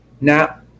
now